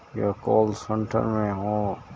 یا call centre میں ہوں